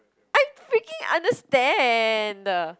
I freaking understand